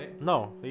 No